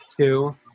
Two